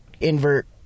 invert